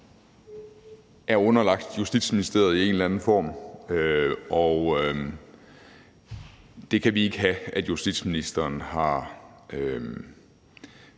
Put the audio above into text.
er underlagt Justitsministeriet i en eller anden form, og vi kan ikke have, at justitsministeren har